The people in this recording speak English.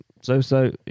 so-so